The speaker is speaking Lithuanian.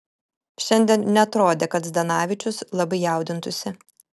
šiandien neatrodė kad zdanavičius labai jaudintųsi